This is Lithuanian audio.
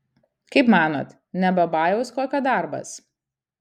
kaip manot ne babajaus kokio darbas